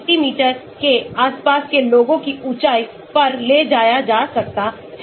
180 centimetre के आसपास के लोगों को ऊंचाई पर ले जाया जा सकता है